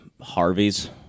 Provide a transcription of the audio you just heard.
Harvey's